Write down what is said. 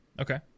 Okay